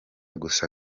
gusa